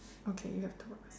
okay you have two white